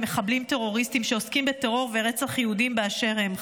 מחבלים טרוריסטים שעוסקים בטרור ורצח יהודים באשר הם,